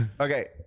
okay